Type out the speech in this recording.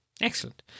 Excellent